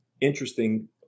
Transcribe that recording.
interesting